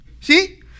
See